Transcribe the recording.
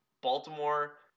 Baltimore